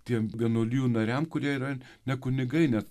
tiem vienuolijų nariam kurie yra ne kunigai net